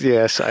Yes